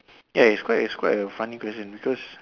ya it's quite it's quite a funny question because